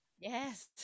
Yes